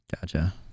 Gotcha